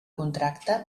contracte